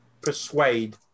Persuade